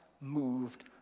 moved